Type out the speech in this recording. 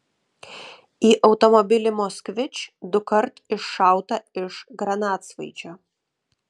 į automobilį moskvič dukart iššauta iš granatsvaidžio